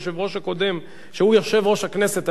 כשהיושב-ראש הקודם, שהוא יושב-ראש הכנסת, היה פה.